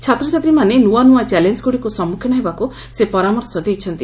ଛାତ୍ରଛାତ୍ରୀମାନେ ନ୍ତ୍ରଆ ନ୍ତଆ ଚ୍ୟାଲେଞ୍ଜଗୁଡ଼ିକୁ ସମ୍ମୁଖୀନ ହେବାକୁ ସେ ପରାମର୍ଶ ଦେଇଛନ୍ତି